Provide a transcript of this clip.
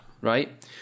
right